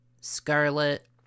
scarlet